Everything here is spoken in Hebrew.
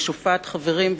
ושופעת חברים,